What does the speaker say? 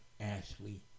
Ashley